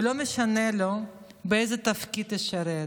ולא משנה לו באיזה תפקיד ישרת,